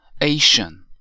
Asian